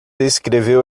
escreveu